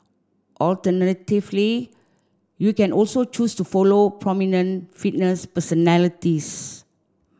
alternatively you can also choose to follow prominent fitness personalities